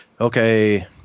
okay